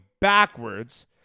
backwards